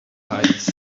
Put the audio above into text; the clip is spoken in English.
heights